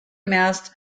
mast